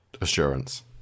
assurance